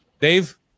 Dave